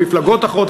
במפלגות אחרות,